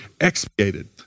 expiated